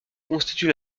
constitue